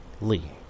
Lee